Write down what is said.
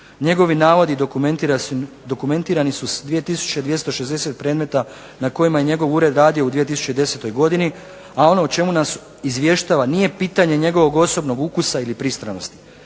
Njegovi navodi dokumentirani su s 2260 predmeta na kojima je njegov ured radio u 2010. godini, a ono o čemu nas izvještava nije pitanje njegovog osobnog ukusa ili pristranosti.